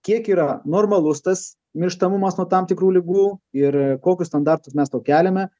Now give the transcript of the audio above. kiek yra normalus tas mirštamumas nuo tam tikrų ligų ir kokius standartus mes tau keliame